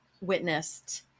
witnessed